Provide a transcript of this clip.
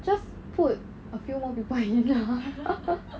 just put a few more people in lah